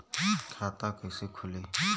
खाता कइसे खुली?